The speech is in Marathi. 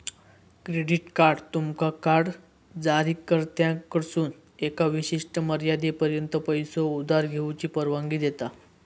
क्रेडिट कार्ड तुमका कार्ड जारीकर्त्याकडसून एका विशिष्ट मर्यादेपर्यंत पैसो उधार घेऊची परवानगी देता